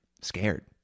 scared